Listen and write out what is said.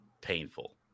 painful